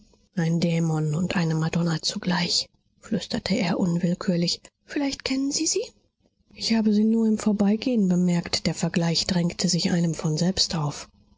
ein dämon und eine madonna zugleich flüsterte er unwillkürlich vielleicht kennen sie sie ich habe sie nur im vorbeigehen bemerkt der vergleich drängte sich einem von selbst auf